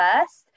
first